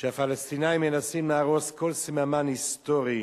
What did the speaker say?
שהפלסטינים מנסים להרוס כל סממן היסטורי